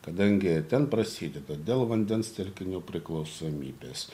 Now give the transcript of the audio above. kadangi ten prasideda dėl vandens telkinio priklausomybės